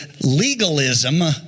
legalism